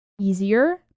easier